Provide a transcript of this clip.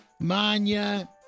Manya